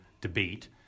debate